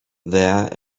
there